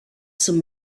some